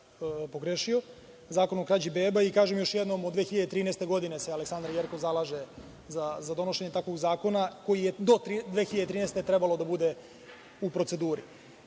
Zakon o krađi beba, kažem još jednom od 2013. godine se Aleksandra Jerkov zalaže za donošenje takvog zakona, koji je do 2013. trebalo da bude u proceduri. Elem,